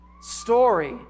story